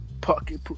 Pocket